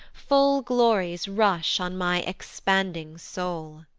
full glories rush on my expanding soul.